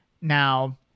Now